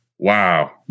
Wow